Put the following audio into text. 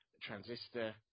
Transistor